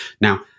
Now